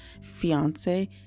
fiance